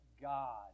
God